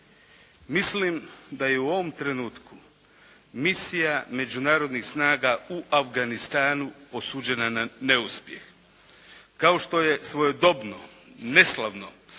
Mislim da je i u ovom trenutku misija međunarodnih snaga u Afganistanu osuđena na neuspjeh kao što je svojedobno neslavno